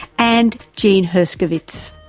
and jean herskovits,